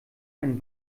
ein